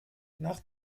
nach